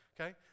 Okay